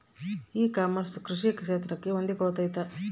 E commerce ಕೃಷಿ ಕ್ಷೇತ್ರಕ್ಕೆ ಹೊಂದಿಕೊಳ್ತೈತಾ?